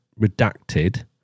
redacted